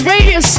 Radio